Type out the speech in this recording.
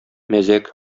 мәзәк